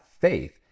faith